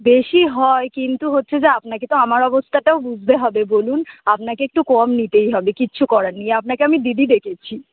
বেশি হয় কিন্তু হচ্ছে যে আপনাকে তো আমার অবস্থাটাও বুঝদে হবে বলুন আপনাকে একটু কম নিতেই হবে কিছু করার নেই আপনাকে আমি দিদি ডেকেছি